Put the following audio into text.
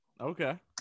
Okay